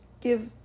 give